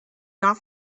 not